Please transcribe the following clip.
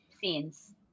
scenes